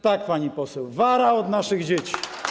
Tak, pani poseł, wara od naszych dzieci.